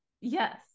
Yes